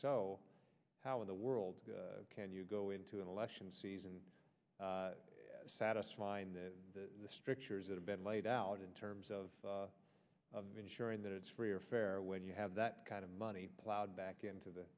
so how in the world can you go into an election season satisfy the strictures that have been laid out in terms of of ensuring that it's free or fair when you have that kind of money ploughed back into the